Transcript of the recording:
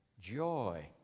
joy